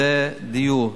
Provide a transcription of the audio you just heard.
זה דיור.